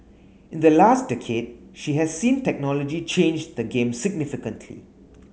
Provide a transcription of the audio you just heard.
in the last decade she has seen technology change the game significantly